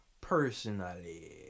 Personally